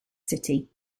city